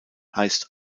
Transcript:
heißt